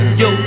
yo